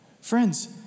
Friends